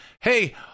hey